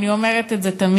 אני אומרת את זה תמיד,